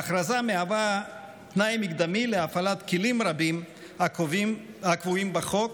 ההכרזה מהווה תנאי מקדמי להפעלת כלים רבים הקבועים בחוק,